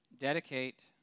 dedicate